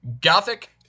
gothic